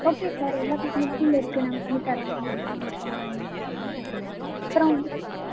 okay sir எல்லா ஃபெசிலிட்டீசும் இருக்குது நாங்கள் பண்ணி தரோம் நீங்கள் எடுத்துகிட்டு வாங்க சார் எல்லாமே சார் உங்